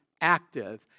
active